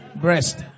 breast